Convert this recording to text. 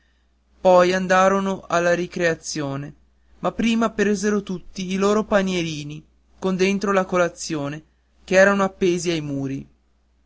poi andarono alla ricreazione ma prima presero tutti i loro panierini con dentro la colazione che erano appesi ai muri